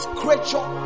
creature